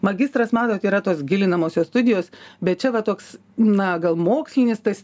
magistras matot yra tos gilinamosios studijos bet čia va toks na gal mokslinis tas